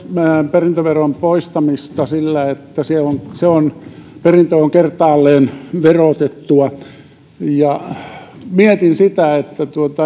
perintöveron poistamista sillä että perintö on kertaalleen verotettua mietin sitä että